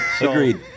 Agreed